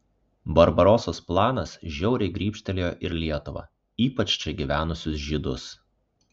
barbarosos planas žiauriai grybštelėjo ir lietuvą ypač čia gyvenusius žydus